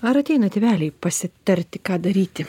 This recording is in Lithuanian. ar ateina tėveliai pasitarti ką daryti